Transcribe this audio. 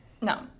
No